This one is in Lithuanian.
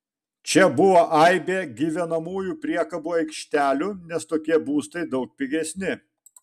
čia buvo aibė gyvenamųjų priekabų aikštelių nes tokie būstai daug pigesni